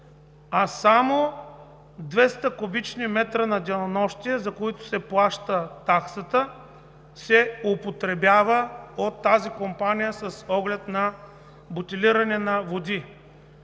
а само 200 кубични метра на денонощие, за които се плаща таксата, се употребяват от компанията за бутилиране на води.